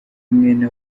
mwene